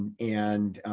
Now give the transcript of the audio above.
and